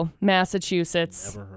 Massachusetts